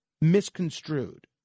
Misconstrued